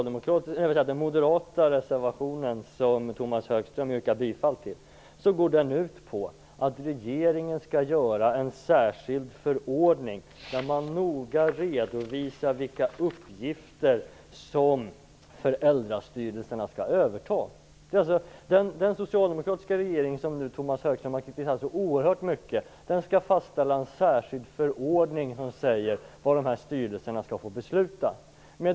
Den moderata reservationen, som Tomas Högström yrkar bifall, går ut på att regeringen skall göra en särskild förordning där man noga redovisar vilka uppgifter som föräldrastyrelserna skall överta. Den socialdemokratiska regeringen, som Tomas Högström har kritiserat så oerhört mycket, skall fastställa en särskild förordning som säger vad dessa styrelser skall få besluta om.